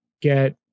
get